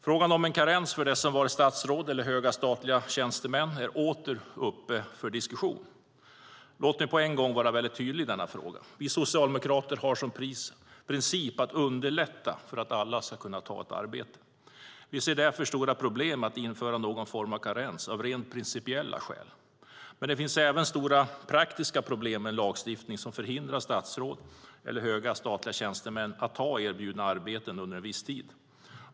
Frågan om en karens för dem som har varit statsråd eller höga statliga tjänstemän är åter uppe för diskussion. Låt mig på en gång vara tydlig i frågan. Vi socialdemokrater har som princip att underlätta för alla att ta ett arbete. Vi ser därför stora problem med att införa någon form av karens av rent principiella skäl. Men det finns även stora praktiska problem med lagstiftning som förhindrar statsråd eller höga statliga tjänstemän att ta erbjudna arbeten under en viss tid.